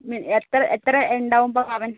എത്ര എത്ര ഉണ്ടാവും ഇപ്പോൾ പവൻ